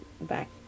back